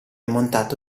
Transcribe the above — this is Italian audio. montato